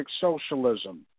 socialism